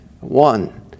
One